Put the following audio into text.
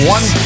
One